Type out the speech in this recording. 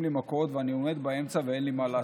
לי מכות ואני עומד באמצע ואין לי מה לעשות.